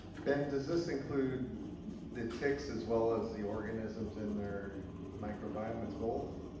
ben, does this include the ticks as well as the organisms in their microbiome? it's both?